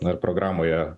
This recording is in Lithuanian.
na ir programoje